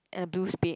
and a blue spade